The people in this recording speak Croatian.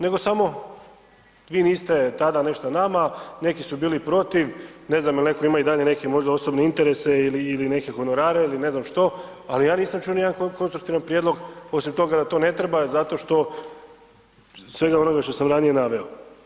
Nego samo vi niste tada nešto nama, neki su bili protiv, ne znam je li netko ima i dalje neke možda osobne interese ili neke honorare ili ne znam što, ali ja nisam čuo nijedan konstruktivan prijedlog osim toga da to ne treba zato što svega onoga što sam ranije naveo.